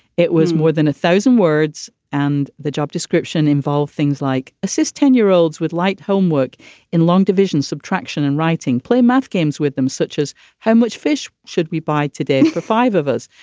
it was more than a thousand words. and the job description involved things like assist ten year olds with light homework in long division subtraction and writing, play math games with them, such as how much fish should we buy today? five of us.